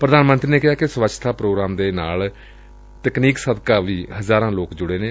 ਪ੍ਰਧਾਨ ਮੰਤਰੀ ਨੇ ਕਿਹਾ ਕਿ ਸਵੱਛਤਾ ਪ੍ਰੋਗਰਾਮ ਦੇ ਨਾਲ ਤਕਨੀਕ ਸਦਕਾ ਵੀ ਹਜ਼ਾਰਾਂ ਲੋਕ ਜੁੜੇ ਹੋਏ ਨੇ